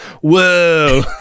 Whoa